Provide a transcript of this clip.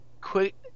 quick –